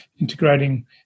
integrating